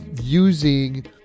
using